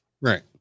Right